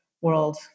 world